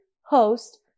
host